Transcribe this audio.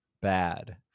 bad